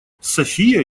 софия